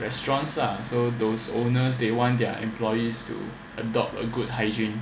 restaurants lah so those owners they want their employees to adopt a good hygiene